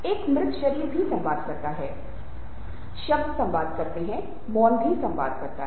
एक मृत शरीर भी संवाद करता हैं शब्द संवाद करते हैं मौन भी संचार करते हैं